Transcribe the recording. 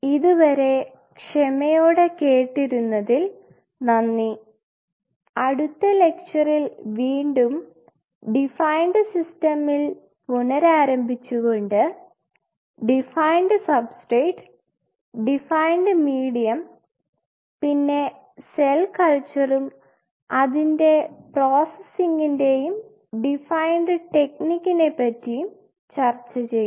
ഇതുവരെ ക്ഷമയോടെ കേട്ടിരുന്നതിൽ നന്ദി അടുത്ത ലെക്ചറിൽ വീണ്ടും ഡിഫൈൻ സിസ്റ്റമിൽ പുനരാരംഭിച്ചുകൊണ്ട് ഡിഫൈൻ സബ്സ്ട്രേറ്റ് ഡിഫൈൻ മീഡിയം പിന്നെ സെൽ കൾച്ചറും അതിൻറെ പ്രോസസിൻറെയും ഡിഫൈൻ ടെക്നിനിക്കിനെ പറ്റിയും ചർച്ച ചെയ്യാം